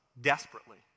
desperately